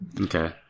Okay